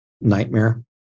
nightmare